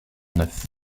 neuf